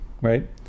right